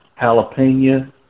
Jalapeno